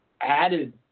added